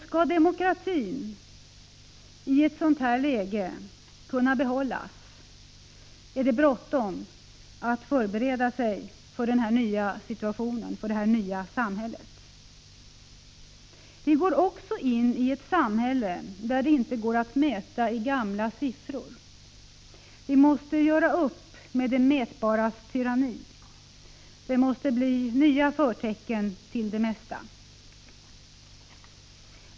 Skall demokratin kunna behållas i sådant läge, är det bråttom att vi förbereder oss för detta nya samhälle. Vi går också in i ett samhälle där det inte går att mäta med gamla mått och jämföra med tidigare siffror. Vi måste göra upp med det mätbaras tyranni. Det måste bli nya förtecken till det mesta.